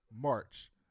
March